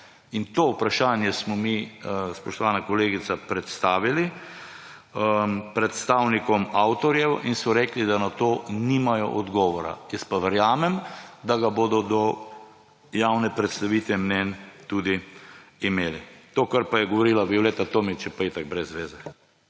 In to vprašanje smo mi, spoštovana kolegica, predstavili predstavnikom avtorjev in so rekli, da na to nimajo odgovora. Jaz pa verjamem, da ga bodo do javne predstavitve mnenj tudi imeli. To, kar je govorila Violeta Tomić, je pa itak brez zveze.